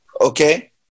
okay